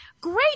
Great